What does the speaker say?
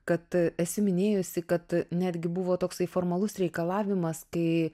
kad esi minėjusi kad netgi buvo toksai formalus reikalavimas kai